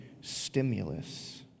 stimulus